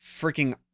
freaking